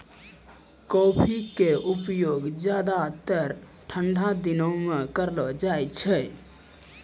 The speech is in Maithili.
कॉफी के उपयोग ज्यादातर ठंडा दिनों मॅ करलो जाय छै